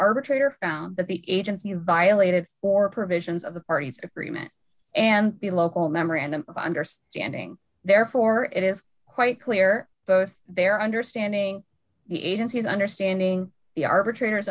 arbitrator found that the agency violated four provisions of the party's agreement and the local memorandum of understanding therefore it is quite clear both their understanding the agency's understanding the arbitrator